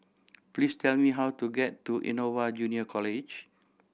please tell me how to get to Innova Junior College